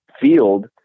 field